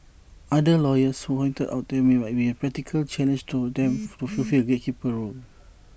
other lawyers pointed out that there might be practical challenges to them to fulfil A gatekeeper's role